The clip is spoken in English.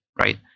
right